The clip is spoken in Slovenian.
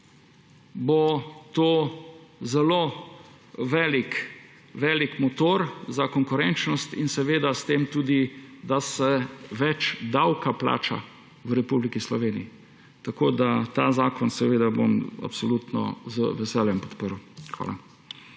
zelo velik motor za konkurenčnost, in seveda s tem tudi, da se več davka plača v Republiki Sloveniji. Ta zakon bom absolutno z veseljem podprl. Hvala.